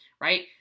right